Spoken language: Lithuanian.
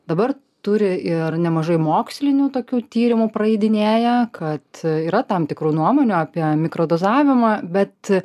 dabar turi ir nemažai mokslinių tokių tyrimų praeidinėja kad yra tam tikrų nuomonių apie mikrodozavimą bet